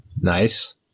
Nice